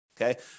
Okay